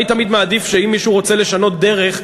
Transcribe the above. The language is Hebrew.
אני תמיד מעדיף שאם מישהו רוצה לשנות דרך,